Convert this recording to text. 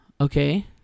Okay